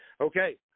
Okay